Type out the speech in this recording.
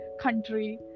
country